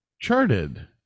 Charted